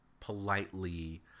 politely